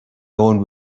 owned